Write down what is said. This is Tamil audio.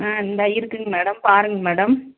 ஆ இந்தா இருக்குங்க மேடம் பாருங்கள் மேடம்